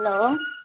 hello